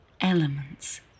elements